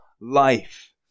life